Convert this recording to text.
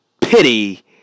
pity